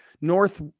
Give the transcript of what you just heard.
North